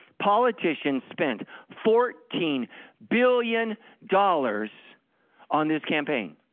politicians spent fourteen billion dollars on this campaign.